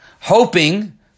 hoping